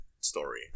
story